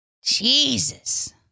Jesus